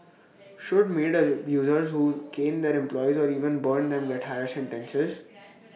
should maid abusers who cane their employees or even burn them get higher sentences